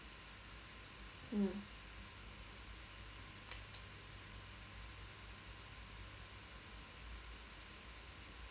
mm